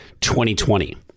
2020